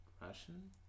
Russian